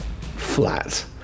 flat